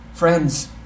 Friends